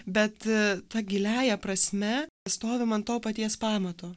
bet ta giliąja prasme stovim ant to paties pamato